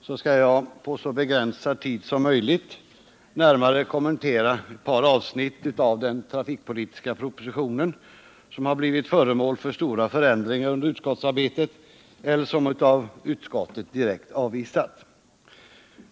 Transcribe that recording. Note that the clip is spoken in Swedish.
skall jag på så begränsad tid som möjligt närmare kommentera några avsnitt av den trafikpolitiska propositionen som har blivit föremål för stora förändringar under utskottsarbetet eller som av utskottet direkt avvisats.